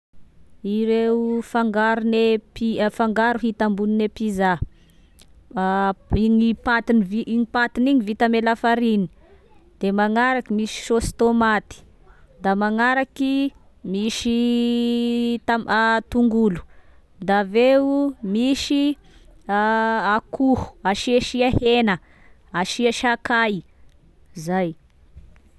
Ireo fangarine, pi- a fangaro hita ambonine pizza, a igny patiny vi- iny patiny igny vita ame lafarine, de magnaraky misy saosy tômaty da magnaraky misy tam- tongolo, da aveo misy akoho asiasia hena, asia sakay, zay